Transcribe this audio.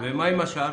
מה עם השאר.